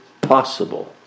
possible